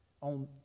on